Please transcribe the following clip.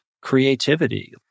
creativity